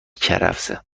کرفسه